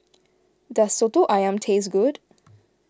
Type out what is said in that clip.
does Soto Ayam taste good